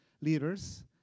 leaders